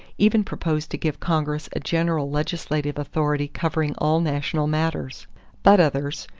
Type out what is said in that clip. even proposed to give congress a general legislative authority covering all national matters but others,